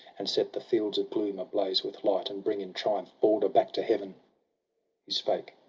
and set the fields of gloom ablaze with light, and bring in triumph balder back to heaven he spake,